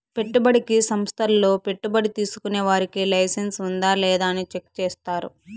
పెట్టుబడికి సంస్థల్లో పెట్టుబడి తీసుకునే వారికి లైసెన్స్ ఉందా లేదా అని చెక్ చేస్తారు